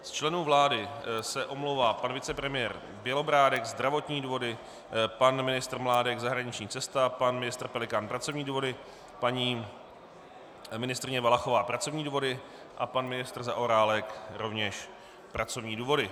Z členů vlády se omlouvá pan vicepremiér Bělobrádek zdravotní důvody, pan ministr Mládek zahraniční cesta, pan ministr Pelikán pracovní důvody, paní ministryně Valachová pracovní důvody a pan ministr Zaorálek rovněž pracovní důvody.